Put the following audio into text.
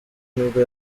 nibwo